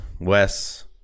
Wes